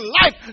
life